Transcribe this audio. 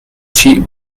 cheat